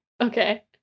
Okay